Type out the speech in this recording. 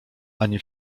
ani